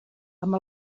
amb